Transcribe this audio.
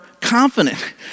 confident